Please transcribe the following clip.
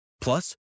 Plus